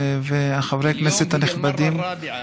חברי הכנסת הנכבדים,